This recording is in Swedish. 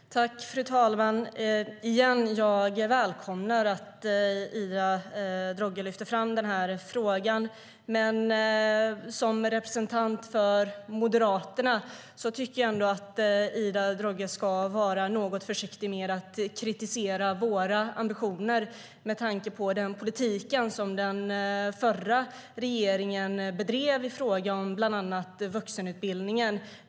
Fru talman! Jag vill återigen säga att jag välkomnar att Ida Drougge lyfter fram frågan. Men jag tycker att Ida Drougge, som representant för Moderaterna, ska vara något försiktig med att kritisera våra ambitioner, med tanke på den politik som den förra regeringen bedrev i fråga om bland annat vuxenutbildningen.